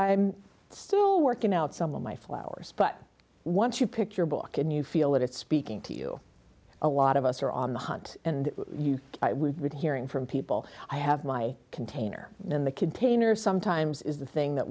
i'm still working out some of my flowers but once you pick your book and you feel that it's speaking to you a lot of us are on the hunt and you read hearing from people i have my container in the container sometimes is the thing that